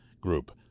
group